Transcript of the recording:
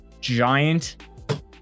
giant